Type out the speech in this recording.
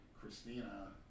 Christina